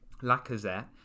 Lacazette